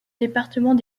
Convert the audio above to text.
département